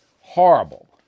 horrible